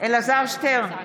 אלעזר שטרן,